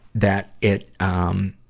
that it, um,